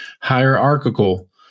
hierarchical